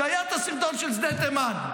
כשהיה את הסרטון של שדה תימן,